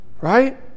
right